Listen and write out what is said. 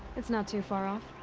it's not too far off.